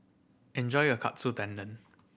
enjoy your Katsu Tendon